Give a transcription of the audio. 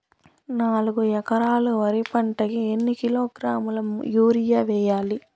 నాలుగు ఎకరాలు వరి పంటకి ఎన్ని కిలోగ్రాముల యూరియ వేయాలి?